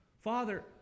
Father